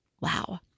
wow